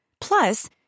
Plus